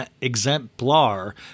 exemplar